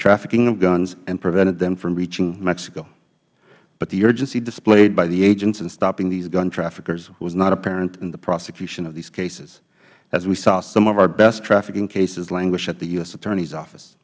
trafficking of guns and prevented them from reaching mexico but the urgency displayed by the agents in stopping these gun traffickers was not apparent in the prosecution of these cases as we saw some of our best trafficking cases languish at the u s attorney's office